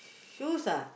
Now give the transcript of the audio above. shoes ah